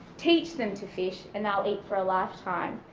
teach them to fish and they'll eat for a lifetime.